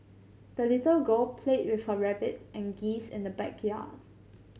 the little girl played with her rabbits and geese in the backyards